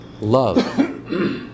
love